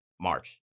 March